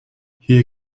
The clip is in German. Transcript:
hier